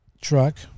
truck